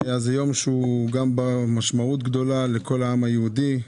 זה יום בעל משמעות גדולה לכול העם היהודי.